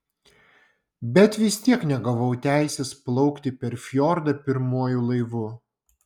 bet vis tiek negavau teisės plaukti per fjordą pirmuoju laivu